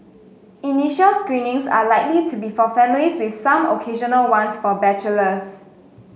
initial screenings are likely to be for families with some occasional ones for bachelors